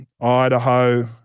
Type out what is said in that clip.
Idaho